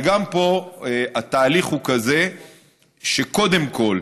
וגם פה התהליך הוא כזה שקודם כול,